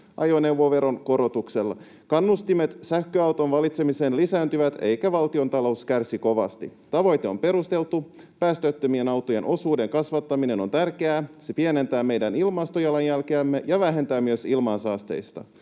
ajoneuvoveron korotuksella. Kannustimet sähköauton valitsemiseen lisääntyvät, eikä valtion talous kärsi kovasti. Tavoite on perusteltu: päästöttömien autojen osuuden kasvattaminen on tärkeää. Se pienentää meidän ilmastojalanjälkeämme ja vähentää myös ilmansaasteita.